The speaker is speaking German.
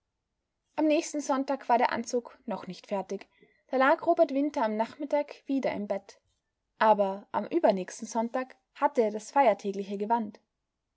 am nächsten sonntag war der anzug noch nicht fertig da lag robert winter am nachmittag wieder im bett aber am übernächsten sonntag hatte er das feiertägliche gewand